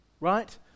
right